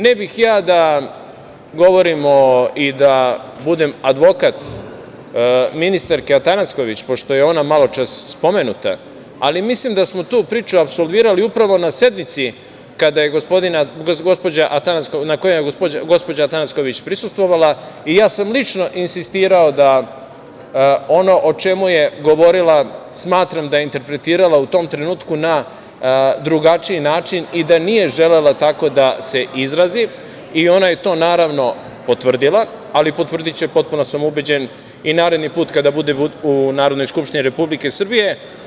Ne bih ja da govorim i da budem advokat ministarke Atanasković, pošto je ona maločas spomenuta, ali mislim da smo tu priču apsolvirali upravo na sednici na kojoj je gospođa Atanasković prisustvovala i ja sam lično insistirao da ono o čemu je govorila smatram da je interpretirala u tom trenutku na drugačiji način i da nije želela tako da se izrazi i ona je to naravno potvrdila, ali potvrdiće, potpuno sam ubeđen, i naredni put kada bude u Narodnoj skupštini Republike Srbije.